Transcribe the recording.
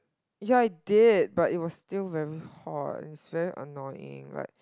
ya I did but it was still very hot it's very annoying like